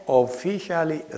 officially